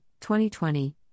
2020